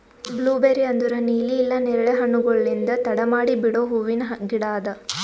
blueberry ಅಂದುರ್ ನೀಲಿ ಇಲ್ಲಾ ನೇರಳೆ ಹಣ್ಣುಗೊಳ್ಲಿಂದ್ ತಡ ಮಾಡಿ ಬಿಡೋ ಹೂವಿನ ಗಿಡ ಅದಾ